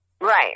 Right